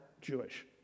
Jewish